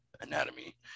anatomy